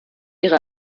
ihre